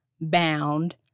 bound